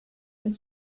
and